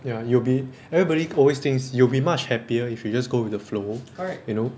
ya you'll be everybody always thinks you will be much happier if you just go with the flow you know